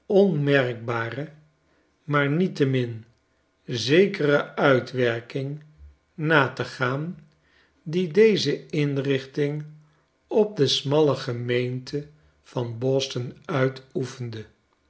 onmerkbare maarniettemin zekere uitwerking na te gaan die deze inrichting op de smalle gemeonte van boston